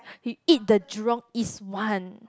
you eat the Jurong-East one